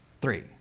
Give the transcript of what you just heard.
Three